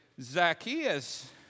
Zacchaeus